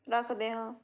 ਰੱਖਦੇ ਹਾਂ